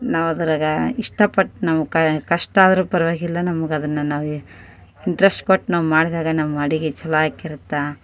ನಾವು ಅದ್ರಲ್ಲಿ ಇಷ್ಟಪಟ್ಟು ನಮಗ್ ಕಷ್ಟ ಆದರೂ ಪರವಾಗಿಲ್ಲ ನಮ್ಗೆ ಅದನ್ನು ನಾವೇ ಇಂಟ್ರಶ್ಟ್ ಕೊಟ್ಟು ನಾವು ಮಾಡಿದಾಗ ನಮ್ಮ ಅಡುಗೆ ಛಲೋ ಆಗಿರುತ್ತೆ